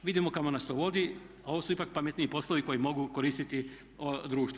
Vidimo kamo nas to vodi, a ovo su ipak pametniji poslovi koji mogu koristiti društvu.